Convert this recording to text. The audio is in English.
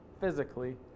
physically